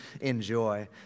enjoy